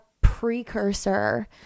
precursor